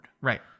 Right